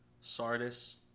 Sardis